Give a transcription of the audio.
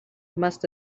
must